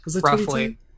Roughly